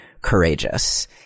courageous